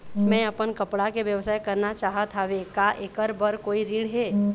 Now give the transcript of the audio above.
मैं अपन कपड़ा के व्यवसाय करना चाहत हावे का ऐकर बर कोई ऋण हे?